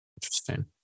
Interesting